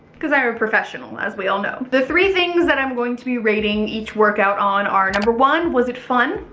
cause i'm a professional as we all know. the three things that i'm going to be rating each workout on are number one, was it fun,